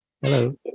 Hello